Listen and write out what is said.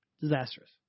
disastrous